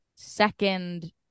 second